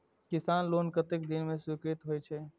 किसान लोन कतेक दिन में स्वीकृत होई छै?